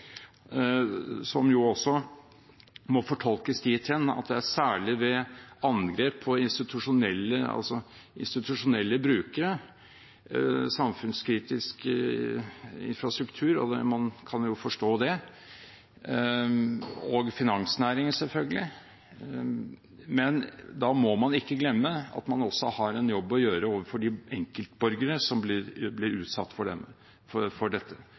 som også må fortolkes dit hen at det er særlig ved angrep på institusjonelle brukere – samfunnskritisk infrastruktur og finansnæringen, selvfølgelig – og man kan jo forstå det. Men da må man ikke glemme at man også har en jobb å gjøre overfor de enkeltborgere som blir utsatt for